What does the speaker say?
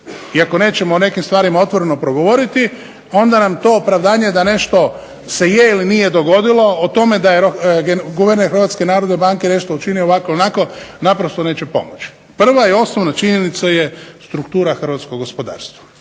ako nećemo o nekim starima otvoreno progovoriti, onda nam to opravdanje da se nešto se je ili nije dogodilo, o tome da je guverner HNB-a nešto učinio ovako ili onako naprosto neće pomoći. Prva i osnovna činjenica je struktura hrvatskog gospodarstva.